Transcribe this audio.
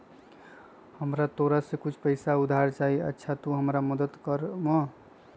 हमरा तोरा से कुछ पैसा उधार चहिए, अच्छा तूम हमरा मदद कर मूह?